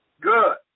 Good